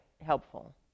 helpful